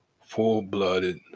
full-blooded